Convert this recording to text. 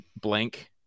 blank